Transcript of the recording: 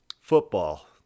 football